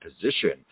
position